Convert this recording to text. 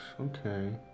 Okay